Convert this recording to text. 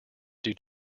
due